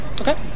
Okay